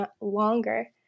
longer